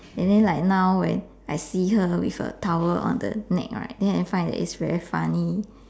and then like now when I see her with a towel on the neck right then I find that it's very funny